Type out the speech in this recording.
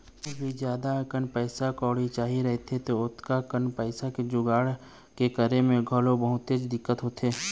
कोनो भी ल जादा अकन पइसा कउड़ी चाही रहिथे त ओतका कन पइसा के जुगाड़ के करे म घलोक बहुतेच दिक्कत होथे